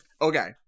Okay